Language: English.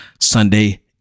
Sunday